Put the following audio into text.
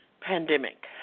pandemic